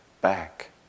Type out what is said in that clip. back